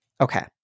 Okay